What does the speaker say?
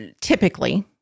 typically